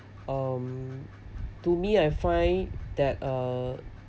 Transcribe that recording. um to me I find that uh